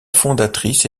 fondatrice